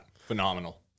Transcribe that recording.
phenomenal